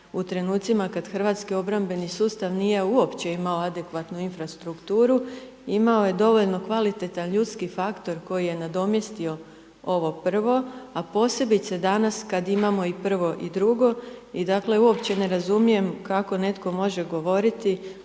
u trenucima, kada hrvatski obrambeni sustav, nije uopće imao adekvatnu infrastrukturu, imao je dovoljan ljudski faktor koji je nadomjestio ovo prvo, a posebice danas, kada imamo i prvo i drugo i dakle, uopće ne razumijem kako netko može govoriti